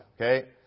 okay